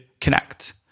connect